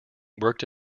worked